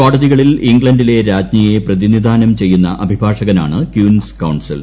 കോടതികളിൽ ഇംഗ്ലണ്ടിലെ രാജ്ഞിയെ പ്രതിനിധാനം ചെയ്യുന്ന അഭിഭാഷകനാണ് ക്യൂൻസ് ക്യൂൺസൽ